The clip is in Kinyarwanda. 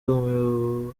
uyoboye